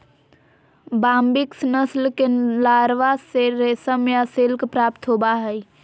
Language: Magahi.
बाम्बिक्स नस्ल के लारवा से रेशम या सिल्क प्राप्त होबा हइ